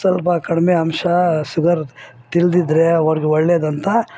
ಸ್ವಲ್ಪ ಕಡಿಮೆ ಅಂಶ ಶುಗರ್ ತಿಂದಿದ್ರೆ ಅವರಿಗೆ ಒಳ್ಳೇದಂತ